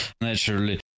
naturally